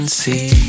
see